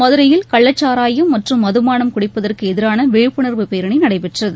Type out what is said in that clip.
மதுரையில் கள்ளச்சாராயம் மற்றும் மதுபானம் குடிப்பதற்கு எதிரான விழிப்புணர்வு பேரணி நடைபெற்றது